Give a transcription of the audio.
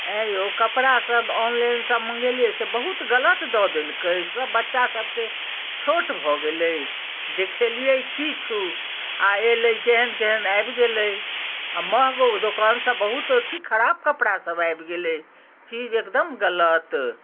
आँए यौ कपड़ासभ ऑनलाइनसँ मङ्गेलियै से बहुत गलत दऽ देलकै सभ बच्चासभके छोट भऽ गेलै देखेलियै किछु आ एलै केहन केहन आबि गेलै आ मँहगो दोकानसँ बहुत अथी खराब कपड़ासभ आबि गेलै चीज एकदम गलत